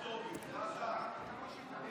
חברי הכנסת,